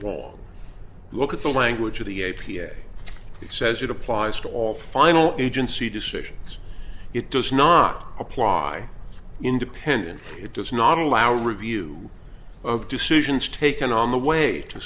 wrong look at the language of the a p a it says it applies to all final agency decisions it does not apply independent it does not allow review of decisions taken on the way to